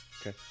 Okay